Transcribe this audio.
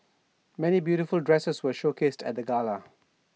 many beautiful dresses were showcased at the gala